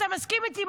אתה מסכים איתי,